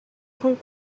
con